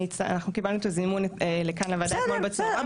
אנחנו קיבלנו את הזימון לכאן לוועדה אתמול בצוהריים.